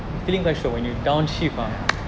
ya